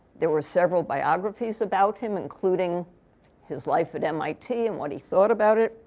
there were several biographies about him, including his life at mit and what he thought about it.